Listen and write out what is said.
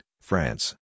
France